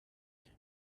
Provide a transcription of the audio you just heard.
die